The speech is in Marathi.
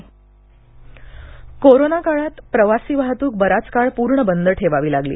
रेल्वे कोरोना काळात प्रवासी वाहतुक बराच काळ पूर्ण बंद ठेवावी लागली